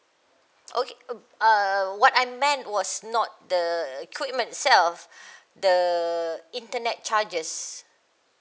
okay err what I meant was not the equipment itself the internet charges